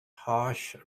harsh